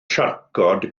siarcod